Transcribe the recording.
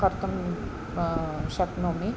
कर्तुं शक्नोमि